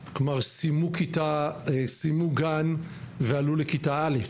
כלומר- סיימו גן ועלו לכיתה א'.